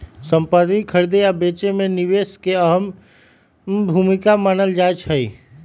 संपति खरीदे आ बेचे मे निवेश के भी अहम भूमिका मानल जाई छई